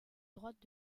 droite